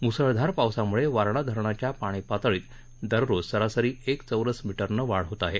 म्सळधार पावसामुळे वारणा धरणाच्या पाणी पातळीत दररोज सरासरी एक चौरस मीटरनं वाढ होत आहे